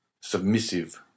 submissive